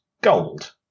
gold